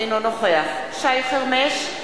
אינו נוכח שי חרמש,